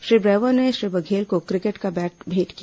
Shri Bravo ने श्री बघेल को cricket का बैट भेंट किया